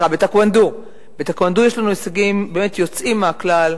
בטקוונדו יש לנו הישגים יוצאים מהכלל.